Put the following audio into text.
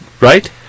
Right